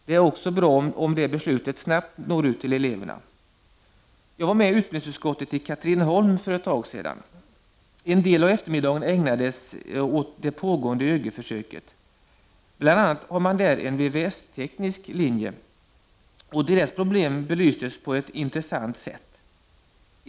Det är också bra om det beslutet snabbt når ut till eleverna. Jag var med utbildningsutskottet i Katrineholm för ett tag sedan. En del av eftermiddagen ägnades åt det pågående ÖGY-försöket. Bl.a. har man där en VVS-teknisk linje, och dess problem belystes på ett intressant sätt.